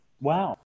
Wow